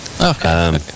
Okay